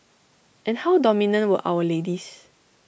and how dominant were our ladies